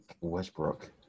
Westbrook –